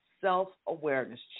self-awareness